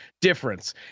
difference